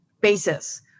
basis